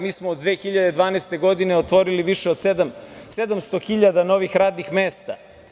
Mi smo od 2012. godine otvorili više od 700 hiljada novih radnih mesta.